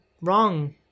wrong